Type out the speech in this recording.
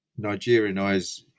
Nigerianize